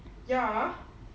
ya